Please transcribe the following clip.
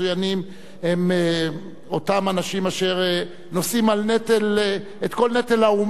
הם אותם אנשים אשר נושאים את כל נטל האומה על גופם,